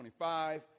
25